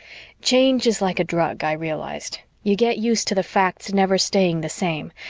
change is like a drug, i realized you get used to the facts never staying the same,